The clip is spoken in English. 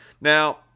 Now